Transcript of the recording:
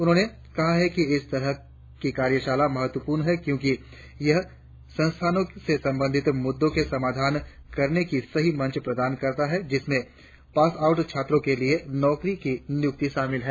उन्होंने कहा इस तरह की कार्यशालाएं महत्वपूर्ण है क्योंकि यह संस्थानों से संबंधित मुद्दों के समाधान करने का सही मंच प्रदान करता है जिसमें पास आउट छात्रों के लिए नौकरियों की नियुक्ति शामिल है